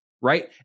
right